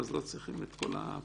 לא צריכים את כל הפרוצדורה,